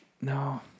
no